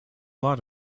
lot